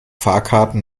fahrkarten